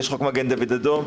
יש חוק מגן דוד אדום,